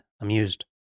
amused